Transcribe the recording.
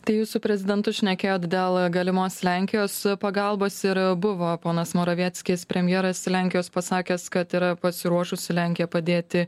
tai jūs su prezidentu šnekėjot dėl galimos lenkijos pagalbos ir buvo ponas moravieckis premjeras lenkijos pasakęs kad yra pasiruošusi lenkija padėti